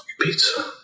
Pizza